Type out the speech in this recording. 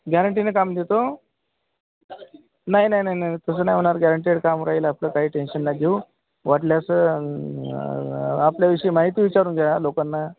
गॅरंटीनं काम देतो नाही नाही नाही नाही तसं नाही होणार गॅरंटेड काम राहील आपलं काही टेन्शन नका घेऊ वाटल्यास आपल्याविषयी माहिती विचारून घ्या लोकांना